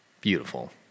beautiful